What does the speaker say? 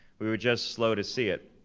we were just slow to see it.